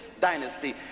dynasty